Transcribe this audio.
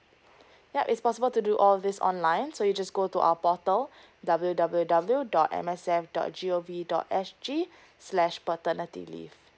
ya it's possible to do all this online so you just go to our portal W W W dot M S F dot G O V dot S G slash paternity leave